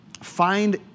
find